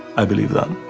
i believe that.